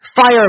Fire